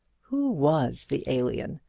who was the alien?